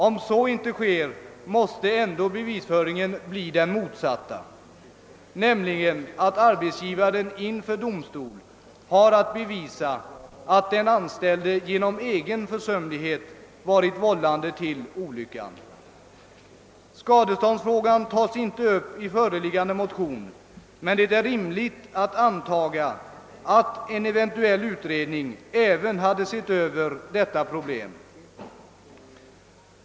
Om så inte sker, måste ändå bevisföringen bli den motsatta, nämligen att arbetsgivaren inför domstol har att bevisa att den anställde genom egen försumlighet varit vållande till olyckan. Skadeståndsfrågan tas inte upp i föreliggande motion, men det är rimligt att antaga att en eventuell utredning även hade sett över detta problem.